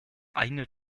eine